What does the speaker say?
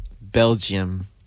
Belgium